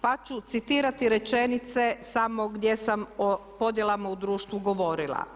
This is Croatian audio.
Pa ću citirati rečenice samo gdje sam o podjelama u društvu govorila.